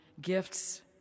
gifts